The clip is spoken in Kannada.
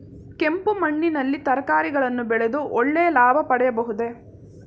ಕೆಂಪು ಮಣ್ಣಿನಲ್ಲಿ ತರಕಾರಿಗಳನ್ನು ಬೆಳೆದು ಒಳ್ಳೆಯ ಲಾಭ ಪಡೆಯಬಹುದೇ?